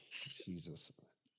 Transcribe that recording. Jesus